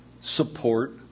support